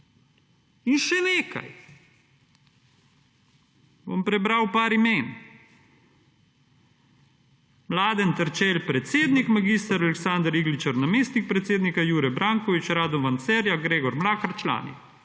In še nekaj. Bom prebral par imen. Mladen Terčelj predsednik, mag. Aleksander Rigličar namestnik predsednika, Jure Brankovič, Radovan Cerlja, Gregor Mlakar člani.